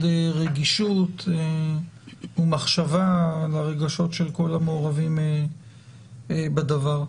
רגישות ומחשבה והרגשות של כל המעורבים בדבר.